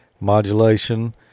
modulation